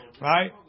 Right